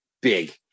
big